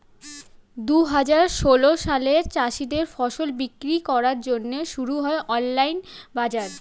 দুহাজার ষোল সালে চাষীদের ফসল বিক্রি করার জন্যে শুরু হয় অনলাইন বাজার